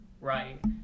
Right